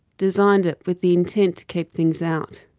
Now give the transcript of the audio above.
designed it with the intent to keep things out.